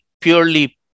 purely